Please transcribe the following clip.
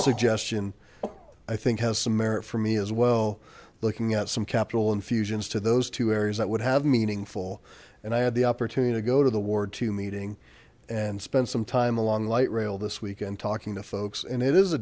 suggestion i think has some merit for me as well looking at some capital infusions to those two areas that would have meaningful and i had the opportunity to go to the ward to meeting and spend some time along light rail this weekend talking to folks and it is a